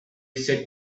said